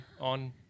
on